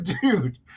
Dude